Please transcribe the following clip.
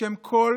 בשם כל